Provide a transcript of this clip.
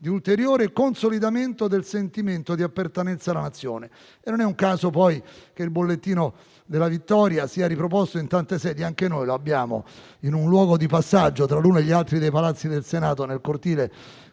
di ulteriore consolidamento del sentimento di appartenenza alla Nazione. Non è un caso, poi, che il bollettino della vittoria sia riproposto in tante sedi: anche noi lo abbiamo in un luogo di passaggio tra i palazzi del Senato, nel cortile